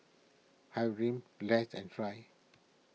Hyrum Less and Try